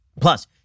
Plus